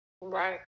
Right